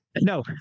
No